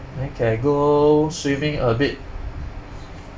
then can go swimming a bit